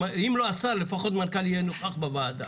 אם לא השר לפחות מנכ"ל יהיה נוכח בוועדה.